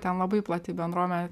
ten labai plati bendruomenė